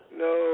no